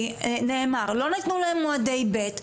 נאמר שלא נתנו להם מועדי ב',